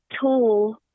tall